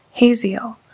Haziel